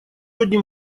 одним